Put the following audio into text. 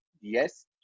yes